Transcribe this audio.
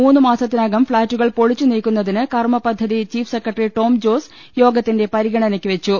മൂന്നു മാസത്തിനകം ഫ്ളാറ്റുകൾ പൊളിച്ചു നീക്കുന്നതിന് കർമ്മ പദ്ധതി ചീഫ് സെക്രട്ടറി ടോം ജോസ് യോഗത്തിന്റെ പരിഗണനയ്ക്കു വെച്ചു